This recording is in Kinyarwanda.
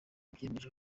byemeje